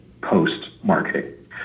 post-marketing